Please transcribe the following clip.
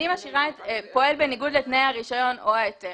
אני משאירה את פועל בניגוד לתנאי הרישיון או ההיתר,